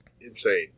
insane